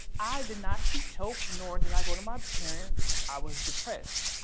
i did not seek help, nor did i go to my parents. i was depressed.